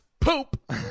poop